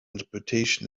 interpretation